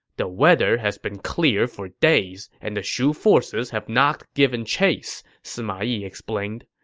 the weather has been clear for days and the shu forces have not given chase, sima yi explained.